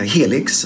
Helix